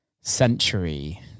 century